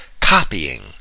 copying